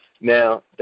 Now